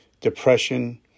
depression